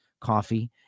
coffee